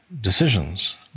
decisions